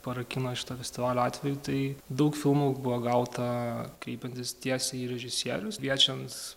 para kino šito festivalio atveju tai daug filmų buvo gauta kreipiantis tiesiai į režisieriaus kviečiant